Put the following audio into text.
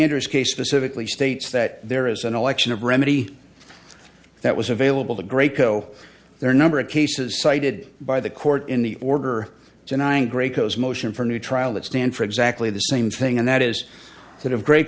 interest case specifically states that there is an election of remedy that was available to great co their number of cases cited by the court in the order denying gray caus motion for new trial that stand for exactly the same thing and that is that of great